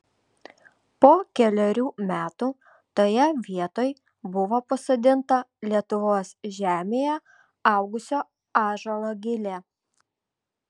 po kelerių metų toje vietoj buvo pasodinta lietuvos žemėje augusio ąžuolo gilė